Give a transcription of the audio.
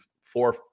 four